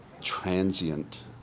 transient